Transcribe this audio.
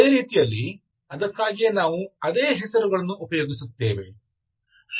ಅದೇ ರೀತಿಯಲ್ಲಿ ಅದಕ್ಕಾಗಿಯೇ ನಾವು ಅದೇ ಹೆಸರುಗಳನ್ನು ಉಪಯೋಗಿಸುತ್ತೇವೆ